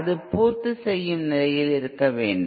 அது பூர்த்திசெய்யும் நிலையில் இருக்க வேண்டும்